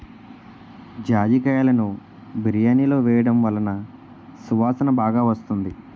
జాజికాయలును బిర్యానిలో వేయడం వలన సువాసన బాగా వస్తుంది